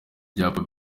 ibyapa